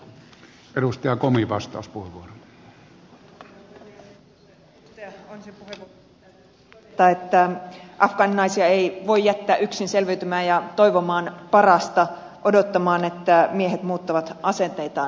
edustaja oinosen puheenvuorosta täytyy todeta että afgaaninaisia ei voi jättää yksin selviytymään ja toivomaan parasta odottamaan että miehet muuttavat asenteitaan